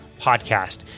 Podcast